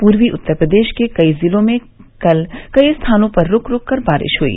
पूर्वी उत्तर प्रदेश के कई जिलों में कल कई स्थानों पर रूक रूक कर बारिश हुई